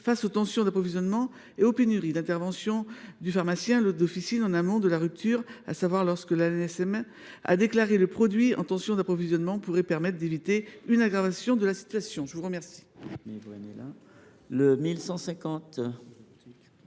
face aux tensions d’approvisionnement et aux pénuries ». L’intervention du pharmacien d’officine, madame la rapporteure, en amont de la rupture, à savoir lorsque l’ANSM a déclaré le produit en tension d’approvisionnement, pourrait permettre d’éviter une aggravation de la situation. La parole